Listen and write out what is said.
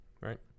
right